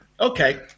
Okay